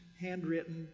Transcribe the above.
handwritten